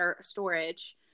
storage